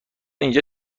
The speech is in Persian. اینجا